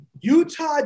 utah